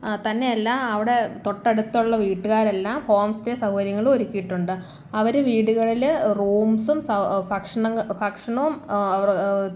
തന്നെയല്ല അവിടെ തൊട്ടടുത്തുള്ള വീട്ടുകാരെല്ലാം ഹോം സ്റ്റേ സൗകര്യങ്ങളൊരുക്കിയിട്ടുണ്ട് അവർ വീടുകളിൽ റൂംസും സ ഭക്ഷണ ഭക്ഷണവും അവർ